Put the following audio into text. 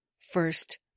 First